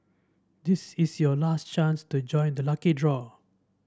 this is your last chance to join the lucky draw